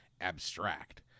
abstract